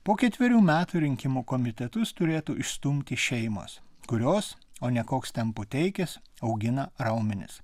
po ketverių metų rinkimų komitetus turėtų išstumti šeimos kurios o ne koks ten puteikis augina raumenis